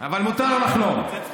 אבל מותר לחלום.